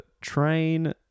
train